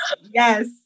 yes